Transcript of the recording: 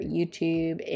YouTube